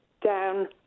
down